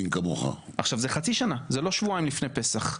זה חצי שנה, זה לא שבועיים לפני פסח.